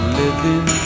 living